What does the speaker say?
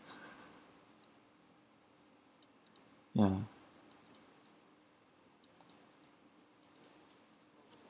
ya